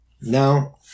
Now